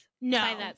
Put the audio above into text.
No